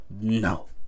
No